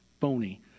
phony